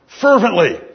fervently